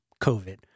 COVID